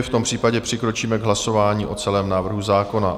V tom případě přikročíme k hlasování o celém návrhu zákona.